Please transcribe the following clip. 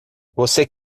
você